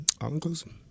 All-inclusive